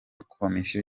komisiyo